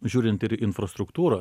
žiūrint ir infrastruktūros